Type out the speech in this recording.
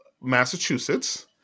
Massachusetts